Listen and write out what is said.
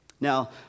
Now